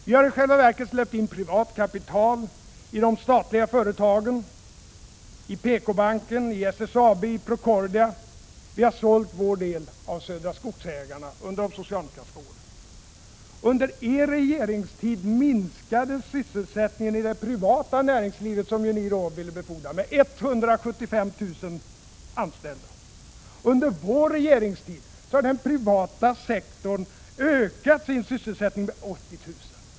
Vi har i själva verket släppt in privat kapital i de statliga företagen, i PK-banken, i SSAB och i Procordia. Vi har sålt statens del av Södra Skogsägarna under de socialdemokratiska åren. Under er regeringstid minskade sysselsättningen i det privata näringslivet, som ni då ville befordra, med 175 000 anställda. Under vår regeringstid har den privata sektorn ökat sin sysselsättning med 80 000 anställda.